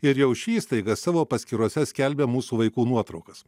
ir jau ši įstaiga savo paskyrose skelbia mūsų vaikų nuotraukas